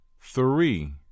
three